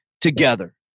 together